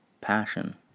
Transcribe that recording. Passion